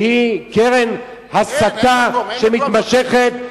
שהיא קרן הסתה שמתמשכת,